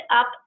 up